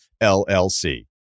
LLC